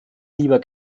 lieber